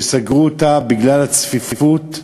שסגרו אותה בגלל הצפיפות.